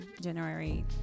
January